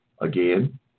Again